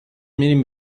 میریم